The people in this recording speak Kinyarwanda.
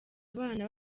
abana